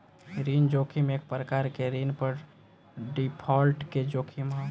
ऋण जोखिम एक प्रकार के ऋण पर डिफॉल्ट के जोखिम ह